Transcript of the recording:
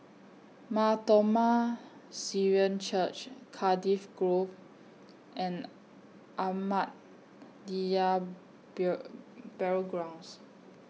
Mar Thoma Syrian Church Cardiff Grove and Ahmadiyya Burial Grounds